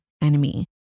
enemy